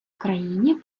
країні